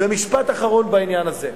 משפט אחרון בעניין הזה: